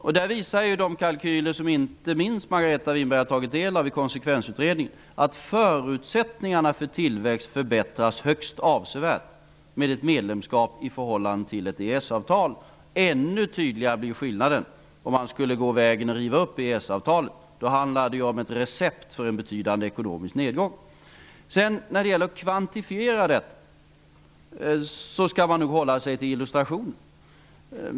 Inte minst de kalkyler som Margareta Winberg har tagit del av i konsekvensutredningen visar att förutsättningarna för tillväxt förbättras högst avsevärt med ett medlemskap, i förhållande till med ett EES-avtal. Skillnaden blir ännu tydligare om man skulle riva upp EES-avtalet. Då handlar det om ett recept för en betydande ekonomisk nedgång. När det gäller kvantifierandet skall man nog hålla sig till illustrationen.